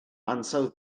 ansawdd